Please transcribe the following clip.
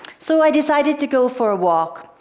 so i decided to go for a walk.